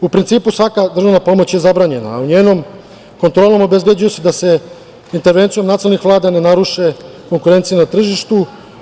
U principu, svaka državna pomoć je zabranjena, ali njenom kontrolom obezbeđuje se da se intervencijom nacionalnih Vlada ne naruše konkurencije na tržištu.